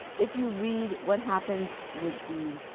if you read what happens with the